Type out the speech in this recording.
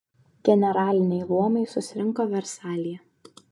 generaliniai luomai susirinko versalyje